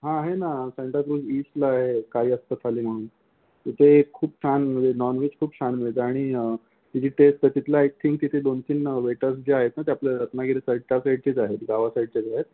हां आहे ना सांताक्रूझ ईस्टला आहे कायस्थ थाली म्हणून तिथे खूप छान म्हणजे नॉनवेज खूप छान मिळतं आणि तिची टेस्ट तर तिथलं आय थिंक तिथे दोन तीन वेटर्स जे आहेत ना ते आपल्या रत्नागिरी साईड त्या साईडचेच आहेत गावा साईडचेच आहेत